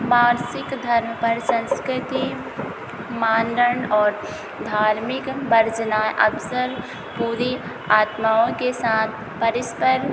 मासिक धर्म पर संस्कृति मानदंड और धार्मिक बर्जना अक्सर बुरी आत्माओं के साथ परिस्पर